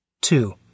Two